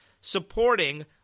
supporting